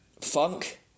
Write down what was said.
Funk